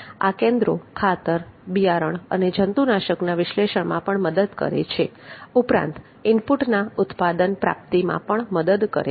આ કેન્દ્રો ખાતર બિયારણ અને જંતુનાશકોના વિશ્લેષણમાં પણ મદદ કરે છે ઉપરાંત ઈન્પુટના ઉત્પાદન પ્રાપ્તિમાં પણ મદદ કરે છે